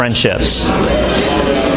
friendships